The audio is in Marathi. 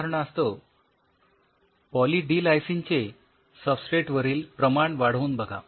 उदाहरणास्तव पॉली डी लायसिन चे सबस्ट्रेट वरील प्रमाण वाढवून बघा